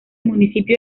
municipio